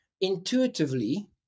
intuitively